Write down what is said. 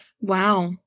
Wow